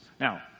Now